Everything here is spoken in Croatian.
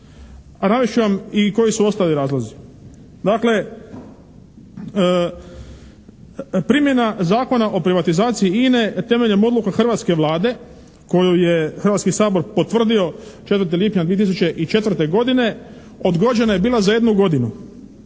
a navest ću vam i koji su ostali razlozi? Dakle primjena Zakona o privatizaciji INA-e temeljem odluka hrvatske Vlade koju je Hrvatski sabor potvrdio 4. lipnja 2004. godine odgođena je bila za jednu godinu.